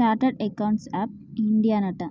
chartered accounts of ఇండియానట